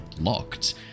locked